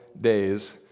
days